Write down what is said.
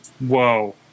Whoa